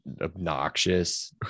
obnoxious